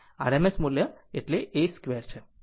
RMS મૂલ્ય એટલે a2 છે